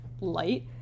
light